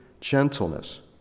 gentleness